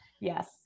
yes